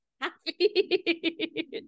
happy